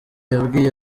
yabwiye